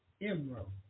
emerald